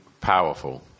powerful